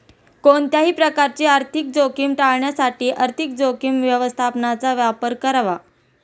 कोणत्याही प्रकारची आर्थिक जोखीम टाळण्यासाठी आर्थिक जोखीम व्यवस्थापनाचा वापर करा